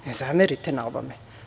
Ne zamerite na ovome.